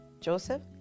Joseph